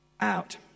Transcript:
out